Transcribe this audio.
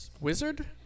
Wizard